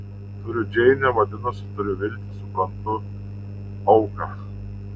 turiu džeinę vadinasi turiu viltį suprantu auką